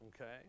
Okay